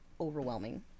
overwhelming